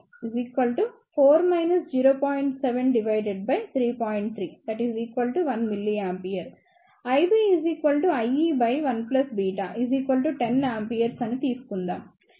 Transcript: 3 1mA IBIEβ 1≅10A తీసుకుందాం